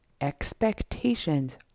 expectations